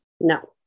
No